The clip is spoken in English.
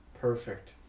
perfect